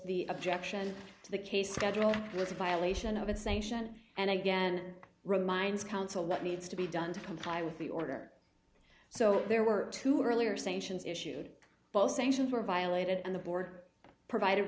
the objection to the case schedule was a violation of a sanction and again reminds counsel what needs to be done to comply with the order so there were two or earlier sanctions issued both sanctions were violated and the board provided